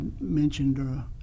mentioned